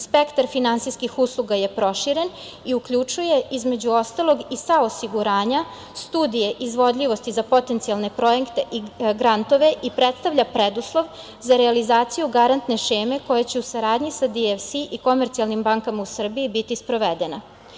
Spektar finansijskih usluga je proširen i uključuje između ostalog i sva osiguranja, studije izvodljivosti za potencijalne projekte i grantove i predstavlja preduslov za realizaciju garantne šeme koja će u saradnji sa DFC i komercijalnim bankama u Srbiji biti sprovedena.